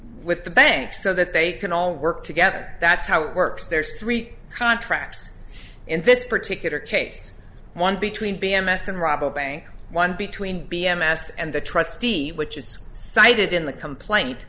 with the bank so that they can all work together that's how it works there's three contracts in this particular case one between b m s and rob a bank one between b m s and the trustee which is cited in the complaint